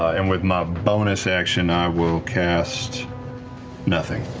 and with my bonus action, i will cast nothing,